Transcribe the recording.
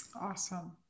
Awesome